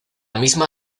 misma